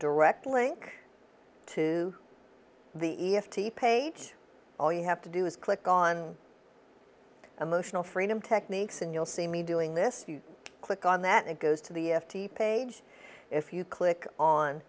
direct link to the e f t page all you have to do is click on emotional freedom techniques and you'll see me doing this you click on that it goes to the page if you click on